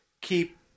keep